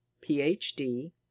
Ph.D